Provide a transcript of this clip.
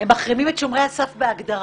הם מחרימים את שומרי הסף בהגדרה.